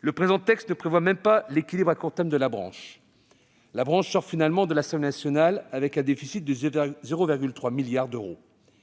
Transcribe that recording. puisque le texte ne prévoit même pas l'équilibre à court terme de la branche. À l'issue de son examen à l'Assemblée nationale, il en fixe le déficit à 0,3 milliard d'euros,